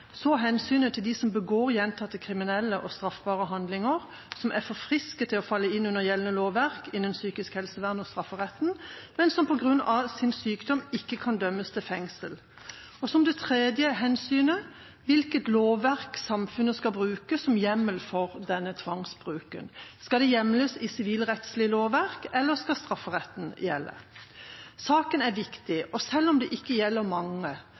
så hensynet til dem som begår gjentatte kriminelle og straffbare handlinger, og som er for friske til å falle inn under gjeldende lovverk innen psykisk helsevern og strafferett, men som på grunn av sin sykdom ikke kan dømmes til fengsel, og for det tredje hensynet til hvilket lovverk samfunnet skal bruke som hjemmel for denne tvangsbruken. Skal det hjemles i sivilrettslig lovverk, eller skal strafferetten gjelde? Saken er viktig, og selv om det ikke gjelder mange,